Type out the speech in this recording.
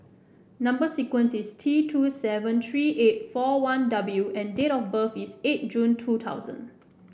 number sequence is T two seven three eight four one W and date of birth is eight June two thousand